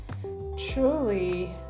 truly